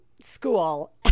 school